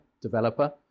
developer